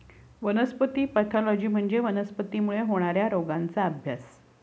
वनस्पती पॅथॉलॉजी म्हणजे वनस्पतींमुळे होणार्या रोगांचा अभ्यास